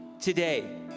today